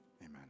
Amen